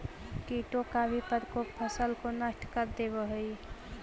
कीटों का भी प्रकोप फसल को नष्ट कर देवअ हई